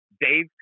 Dave